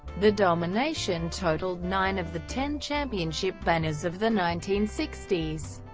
the domination totaled nine of the ten championship banners of the nineteen sixty s.